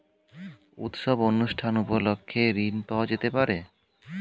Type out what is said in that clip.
উৎসব অনুষ্ঠান উপলক্ষে ঋণ পাওয়া যেতে পারে?